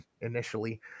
initially